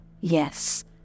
yes